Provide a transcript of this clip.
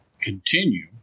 continue